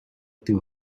too